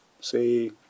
Say